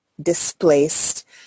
displaced